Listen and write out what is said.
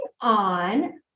on